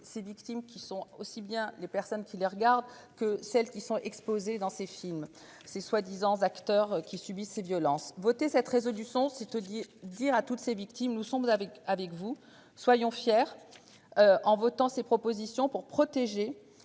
ses victimes, qui sont aussi bien les personnes qui les regardent que celles qui sont exposées dans ses films ces disant acteur qui subissent ces violences voter cette résolution sites liés dire à toutes ces victimes. Nous sommes avec avec vous. Soyons fier. En votant ses propositions pour protéger.